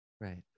Right